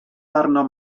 arnom